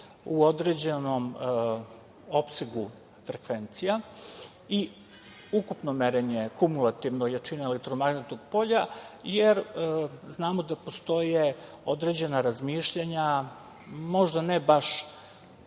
u određenom opsegu frekvencija i ukupno merenje kumulativno jačine elektromagnetnog polja, jer znamo da postoje određena razmišljanja, možda ne baš